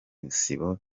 isibo